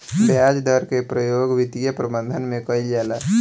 ब्याज दर के प्रयोग वित्तीय प्रबंधन में कईल जाला